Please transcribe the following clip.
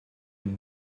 une